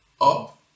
up